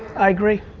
i agree.